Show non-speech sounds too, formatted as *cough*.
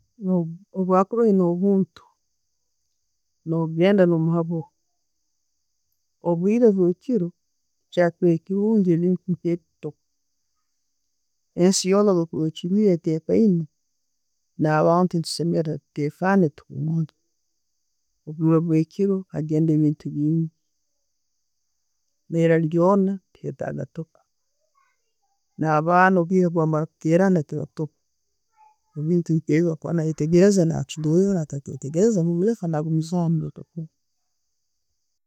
Obwokubaire no'muntu, nogenda nomuhabura, obwire bwokiro kyakubaire kirungi *unintelligible* Ensi yoona bwekuba echuleire etekaine, nabantu tusemereirwe tutekane. Obwire bwo kiro, agenda bintu bingi neera byona, tebyetaga tooko nabaana obwire bwamara kuterana tebatoka. Bwakuba nayetegereza nachulera, atakubyetegereza, no muleka nagumizamu.